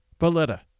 Valletta